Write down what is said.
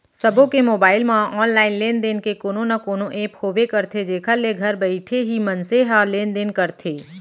सबो के मोबाइल म ऑनलाइन लेन देन के कोनो न कोनो ऐप होबे करथे जेखर ले घर बइठे ही मनसे ह लेन देन करथे